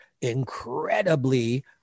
incredibly